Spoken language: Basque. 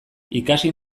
ikasi